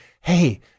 Hey